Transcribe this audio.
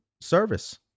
service